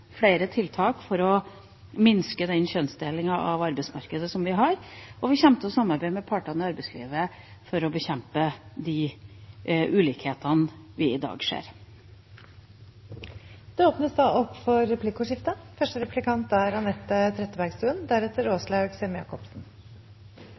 flere tiltak for å minske den kjønnsdelingen av arbeidsmarkedet som vi har, og vi kommer til å samarbeide med partene i arbeidslivet for å bekjempe de ulikhetene vi i dag ser. Det blir replikkordskifte. Jeg har hatt gleden av å samarbeide med statsråden – da